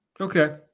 okay